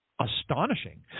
astonishing